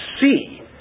see